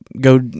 go